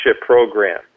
program